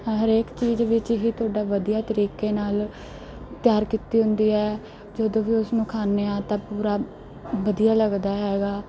ਹ ਹਰੇਕ ਚੀਜ਼ ਵਿੱਚ ਹੀ ਤੁਹਾਡਾ ਵਧੀਆ ਤਰੀਕੇ ਨਾਲ ਤਿਆਰ ਕੀਤੇ ਹੁੰਦੇ ਆ ਜਦੋਂ ਵੀ ਉਸ ਨੂੰ ਖਾਂਦੇ ਹਾਂ ਤਾਂ ਪੂਰਾ ਵਧੀਆ ਲੱਗਦਾ ਹੈਗਾ